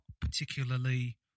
particularly